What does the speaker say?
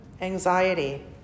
anxiety